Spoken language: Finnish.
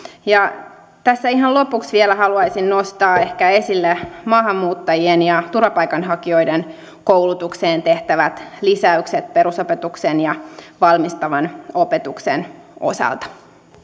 tässä ihan lopuksi vielä haluaisin nostaa ehkä esille maahanmuuttajien ja turvapaikanhakijoiden koulutukseen tehtävät lisäykset perusopetuksen ja valmistavan opetuksen osalta